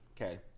Okay